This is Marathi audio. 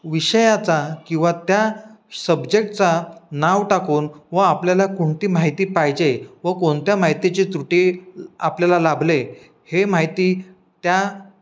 विषयाचा किंवा त्या सब्जेक्टचा नाव टाकून व आपल्याला कोणती माहिती पाहिजे व कोणत्या माहितीची त्रुटी आपल्याला लाभले हे माहिती त्या